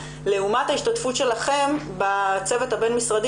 לעומת ההשתתפות שלכם בצוות הבין משרדי